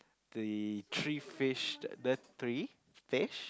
the three fish are there three fish